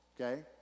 okay